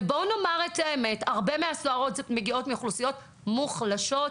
ובואו נאמר את האמת: הרבה מהסוהרות מגיעות מאוכלוסיות מוחלשות.